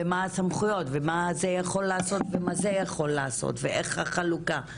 ומה הסמכויות ומה זה יכול לעשות ומה זה יכול לעשות ואיך החלוקה.